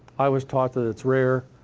i was taught that it's rare.